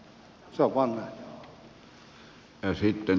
se on vain näin